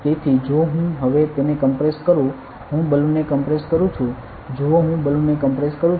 તેથી જો હું હવે તેને કમ્પ્રેસ કરું હું બલૂનને કોમ્પ્રેસ કરું છું જુઓ હું બલૂન ને કોમ્પ્રેસ કરું છું